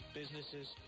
businesses